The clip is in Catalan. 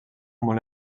molt